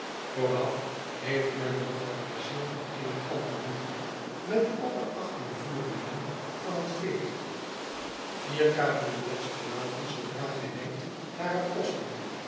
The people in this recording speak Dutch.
vooraf heeft men nog het pleizier van eene pantomime met al de achttien voerlieden van het veer vier cabriolets verlaten zoodra gij wenkt hare posten